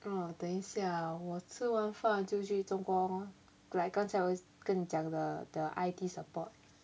oh 等一下我吃完饭就去做工哦 like 刚才我跟你讲的 the I_T support